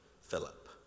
Philip